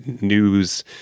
News